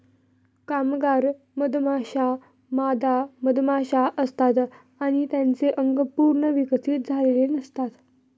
कामगार मधमाश्या मादा मधमाशा असतात आणि त्यांचे अंग पूर्ण विकसित झालेले नसतात